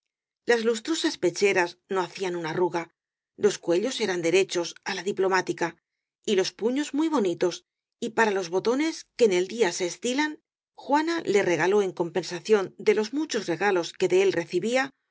parís las lustrosas pecheras no hacían una arruga los cuellos eran derechos á la diplomática y los puños muy bonitos y para los botones que en el día se estilan juana le regaló en compensación de los muchos regalos que de él recibía